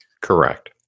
Correct